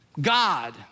God